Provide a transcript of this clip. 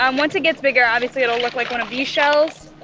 um once it gets bigger, obviously it will look like one of these shells.